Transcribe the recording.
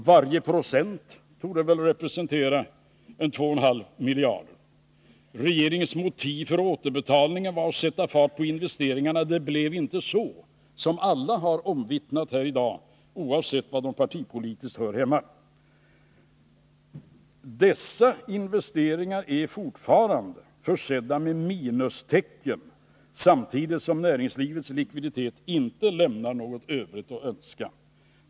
Varje procent torde representera ca 2,5 miljarder kronor. Regeringens motiv för återbetalningen var att sätta fart på investeringarna. Det blev inte så, som alla har omvittnat här i dag, oavsett var de partipolitiskt hör hemma. Investeringarna är fortfarande försedda med minustecken, samtidigt som näringslivets likviditet inte lämnar något övrigt att önska.